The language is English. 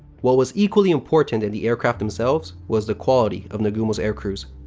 what was equally important in the aircraft themselves was the quality of nagumo's air crews.